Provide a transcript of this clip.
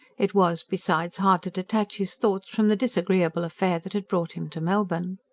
it was, besides, hard to detach his thoughts from the disagreeable affair that had brought him to melbourne.